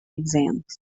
exams